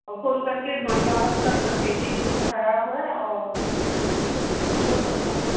तो फोन करके मन वापस कर सकते हैं कि दूध खराब है और ये हो सकता है